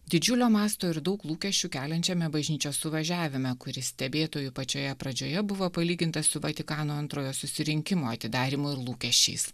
didžiulio masto ir daug lūkesčių keliančiame bažnyčios suvažiavime kuris stebėtojų pačioje pradžioje buvo palygintas su vatikano antrojo susirinkimo atidarymu ir lūkesčiais